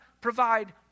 provide